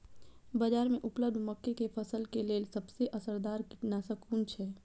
बाज़ार में उपलब्ध मके के फसल के लेल सबसे असरदार कीटनाशक कुन छै?